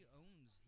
owns